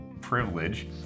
privilege